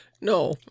No